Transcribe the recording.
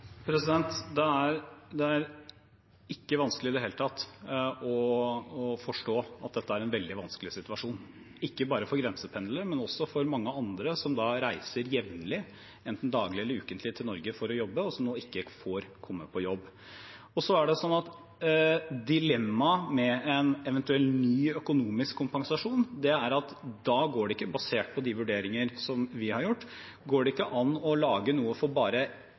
Det er ikke vanskelig i det hele tatt å forstå at dette er en veldig vanskelig situasjon, ikke bare for grensependlerne, men også for mange andre som reiser jevnlig, enten daglig eller ukentlig, til Norge for å jobbe, og som nå ikke får komme på jobb. Dilemmaet med en eventuell ny økonomisk kompensasjon er at det, basert på de vurderinger som vi har gjort, ikke går an å lage noe for bare